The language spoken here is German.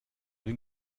den